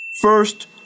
First